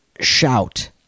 shout